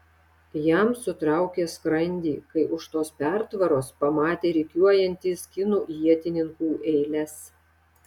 jam sutraukė skrandį kai už tos pertvaros pamatė rikiuojantis kinų ietininkų eiles